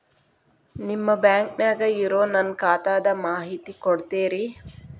ನಿಮ್ಮ ಬ್ಯಾಂಕನ್ಯಾಗ ಇರೊ ನನ್ನ ಖಾತಾದ ಮಾಹಿತಿ ಕೊಡ್ತೇರಿ?